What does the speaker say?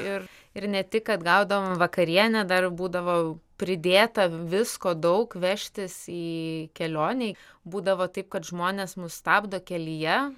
ir ir ne tik kad gaudavom vakarienę dar būdavo pridėta visko daug vežtis į kelionei būdavo taip kad žmonės mus stabdo kelyje